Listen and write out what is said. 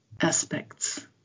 aspects